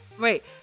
wait